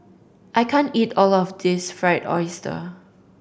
I can't eat all of this Fried Oyster